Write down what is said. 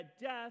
death